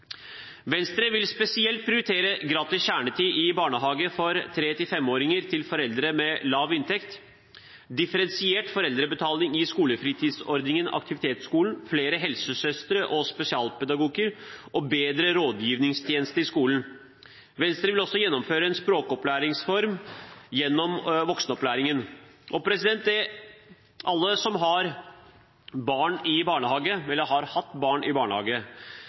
Venstre vil spesielt prioritere gratis kjernetid i barnehagen for 3–5-åringer som er barn av foreldre med lav inntekt, differensiert foreldrebetaling i skolefritidsordningen/aktivitetsskolen, flere helsesøstre og spesialpedagoger og bedre rådgivningstjeneste i skolen. Venstre vil også gjennomføre en språkopplæringsreform gjennom voksenopplæringen. Alle som har barn i barnehage, eller har hatt barn i barnehage